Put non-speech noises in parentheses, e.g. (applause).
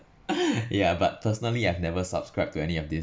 (laughs) ya but personally I've never subscribe to any of this